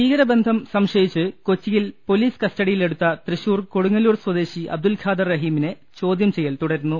ഭീകരബന്ധം സംശയിച്ച് കൊച്ചിയിൽ പൊലീസ് കസ്റ്റഡിയിലെടു ത്ത തൃശൂർ കൊടുങ്ങല്ലൂർ സ്വദേശി അബ്ദുൽ ഖാദർ റഹീമിനെ ചോദ്യം ചെയ്യൽ തുടരുന്നു